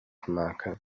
marke